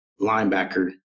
linebacker